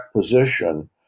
position